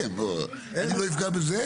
אי אפשר שמונה פעמים לסכם.